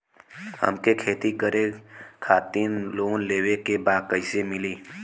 हमके खेती करे खातिर लोन लेवे के बा कइसे मिली?